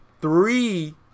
three